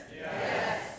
Yes